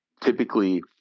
Typically